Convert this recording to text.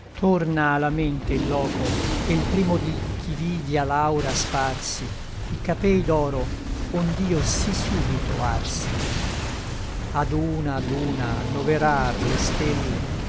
torna a la mente il loco e l primo dí ch'i vidi a l'aura sparsi i capei d'oro ond'io sí súbito arsi ad una ad una annoverar le stelle